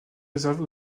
réservé